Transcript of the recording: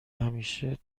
همیشه